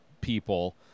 people